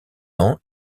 ans